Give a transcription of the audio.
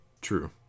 True